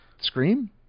Scream